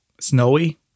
snowy